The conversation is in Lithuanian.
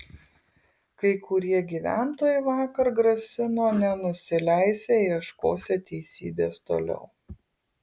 kai kurie gyventojai vakar grasino nenusileisią ieškosią teisybės toliau